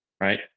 Right